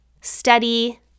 study